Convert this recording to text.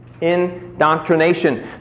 Indoctrination